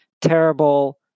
terrible